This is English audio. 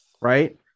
right